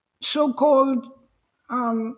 so-called